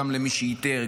גם למי שאיתר,